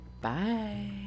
Bye